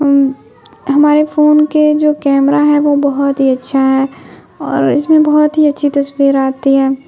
ہمارے فون کے جو کیمرہ ہے وہ بہت ہی اچھا ہے اور اس میں بہت ہی اچھی تصویر آتی ہے